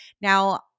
now